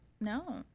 No